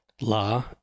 La